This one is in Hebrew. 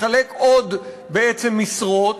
לחלק בעצם עוד משרות,